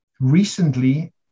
Recently